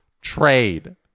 trade